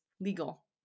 legal